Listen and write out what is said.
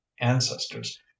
ancestors